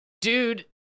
Dude